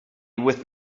with